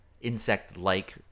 insect-like